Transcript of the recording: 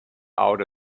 out